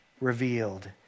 revealed